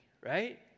right